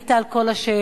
ענית על כל השאלות,